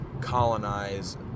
colonize